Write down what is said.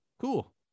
Cool